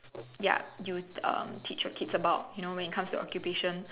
ya you teach um your kids about you know when it comes to occupation